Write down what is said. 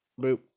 Boop